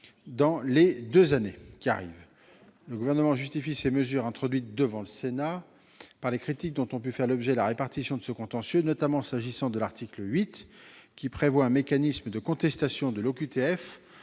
dans les deux prochaines années. Le Gouvernement justifie ces mesures introduites devant le Sénat par les critiques dont a pu faire l'objet la répartition de ce contentieux, s'agissant notamment de l'article 8, qui prévoit un mécanisme de contestation de l'OQTF